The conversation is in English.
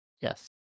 Yes